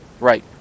right